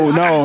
no